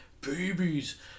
babies